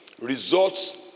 Results